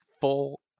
full